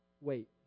Wait